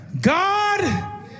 God